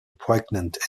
poignant